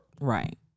Right